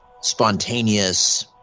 spontaneous